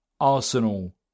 Arsenal